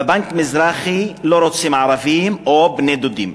בבנק המזרחי לא רוצים ערבים, או בני-דודים,